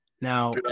Now